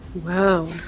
wow